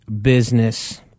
business